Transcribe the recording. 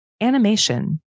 animation